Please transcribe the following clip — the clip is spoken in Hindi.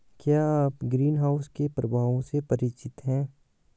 क्या आप ग्रीनहाउस के प्रभावों से परिचित हैं?